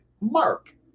mark